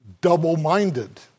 double-minded